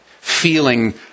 feeling